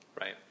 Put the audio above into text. Right